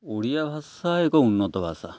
ଓଡ଼ିଆ ଭାଷା ଏକ ଉନ୍ନତ ଭାଷା